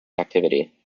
activity